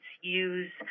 use